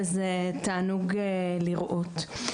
וזה תענוג לראות.